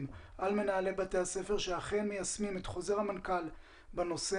על מנהלי בתי הספר שאכן מיישמים את חוזר המנכ"ל בנושא